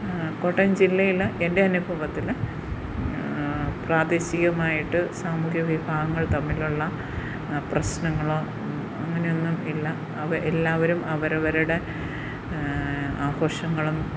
കോട്ടയം ജില്ലയിൽ എൻ്റെ അനുഭവത്തിൽ പ്രാദേശികമായിട്ട് സാമൂഹ്യ വിഭാഗങ്ങൾ തമ്മിലുള്ള പ്രശ്നങ്ങൾ അങ്ങനെയൊന്നും ഇല്ല എല്ലാവരും അവരവരുടെ ആഘോഷങ്ങളും